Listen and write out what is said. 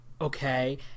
Okay